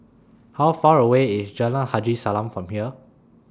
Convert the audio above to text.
How Far away IS Jalan Haji Salam from here